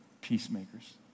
peacemakers